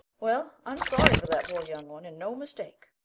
well, i'm sorry for that poor young one and no mistake.